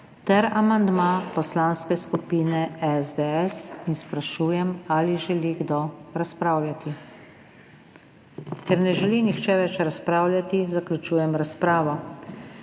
ter amandma Poslanske skupine SDS in sprašujem, ali želi kdo razpravljati. Ker ne želi nihče več razpravljati, zaključujem razpravo.